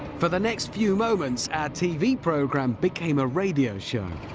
for the next few moments, our tv programme became a radio show.